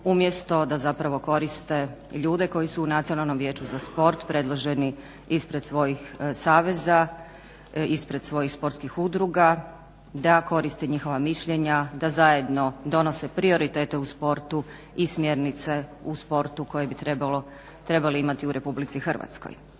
umjesto da zapravo koriste ljude koji su u nacionalnom vijeću za sport predloženi ispred svojih saveza, ispred svojih sportskih udruga, da koriste njihova mišljenja, da zajedno donose prioritete u sportu i smjernice u sportu koje bi trebali imati u RH. Jednako